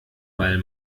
weil